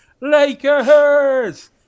lakers